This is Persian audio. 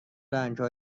رنگها